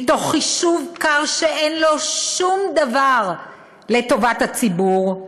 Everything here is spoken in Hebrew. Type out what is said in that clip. מתוך חישוב קר שאין לו שום דבר עם טובת הציבור,